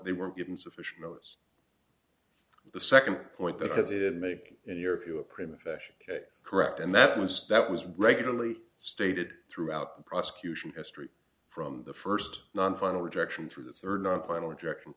they were given sufficient notice the second point that does it make in your view a prima facia correct and that was that was regularly stated throughout the prosecution history from the first non final rejection through the third and final rejection